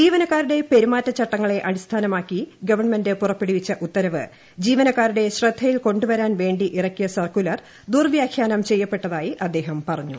ജീവനക്കാരുടെ പെരുമാറ്റചട്ടങ്ങളെ അടിസ്ഥാനമാക്കി ഗവൺമെന്റ് പുറപ്പെടുവിച്ച ഉത്തരവ് ജീവനക്കാരുടെ ശ്രദ്ധയിൽകൊണ്ടുവരാൻ വേണ്ടി ഇറക്കിയ സർക്കുലർ ദുർവ്യാഖ്യാനം ചെയ്യപ്പെട്ടതായി അദ്ദേഹം പറഞ്ഞു